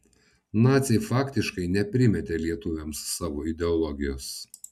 naciai faktiškai neprimetė lietuviams savo ideologijos